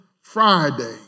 Friday